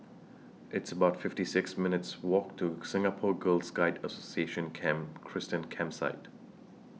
It's about fifty six minutes' Walk to Singapore Girl Guides Association Camp Christine Campsite